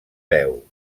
veu